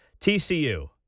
TCU